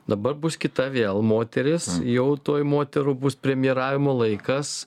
dabar bus kita vėl moteris jau tuoj moterų bus premjeravimo laikas